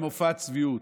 במופע צביעות.